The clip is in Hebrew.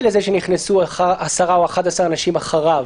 לזה שנכנסו 10 או 11 אנשים אחריו.